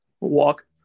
Walk